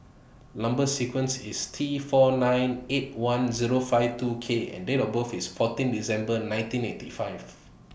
Number sequence IS T four nine eight one Zero five two K and Date of birth IS fourteen December nineteen eighty five